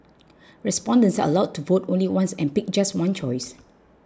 respondents are allowed to vote only once and pick just one choice